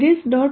Series